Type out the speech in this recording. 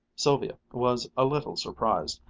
sylvia was a little surprised.